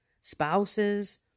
spouses